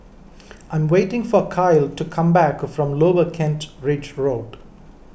I am waiting for Kyle to come back from Lower Kent Ridge Road